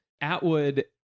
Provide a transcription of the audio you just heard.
Atwood